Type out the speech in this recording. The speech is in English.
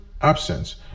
absence